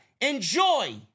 enjoy